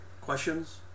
Questions